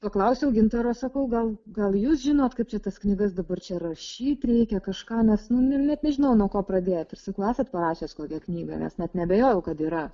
paklausiau gintaro sakau gal gal jūs žinot kaip šitas knygas dabar čia rašyti reikia kažką nes nu net nežinau nuo ko pradėt ir sakau esat parašęs kokią knygą nes net neabejojau kad yra